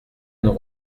nos